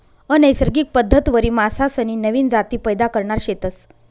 अनैसर्गिक पद्धतवरी मासासनी नवीन जाती पैदा करणार शेतस